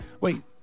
wait